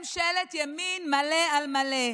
ממשלת ימין מלא על מלא,